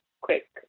quick